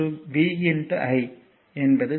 p vi ஆகும்